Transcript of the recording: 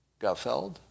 Gutfeld